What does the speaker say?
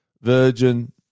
Virgin